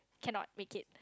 cannot make it